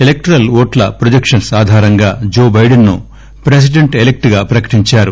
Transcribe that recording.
electoral ఓట్ల projections ఆధారంగా Joe Biden ను ప్రెసిడెంట్ ఎలక్ట్గా ప్రకటించారు